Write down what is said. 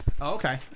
Okay